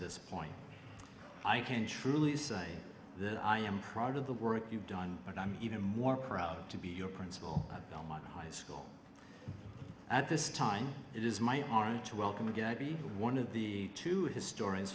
this point i can truly say that i am proud of the work you've done but i'm even more proud to be your principal high school at this time it is my heart to welcome one of the two historians